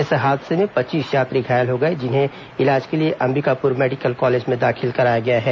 इस हादसे में पच्चीस यात्री घायल हो गए हैं जिन्हें इलाज के लिए अंबिकापुर मेडिकल कॉलेज में दाखिल कराया गया है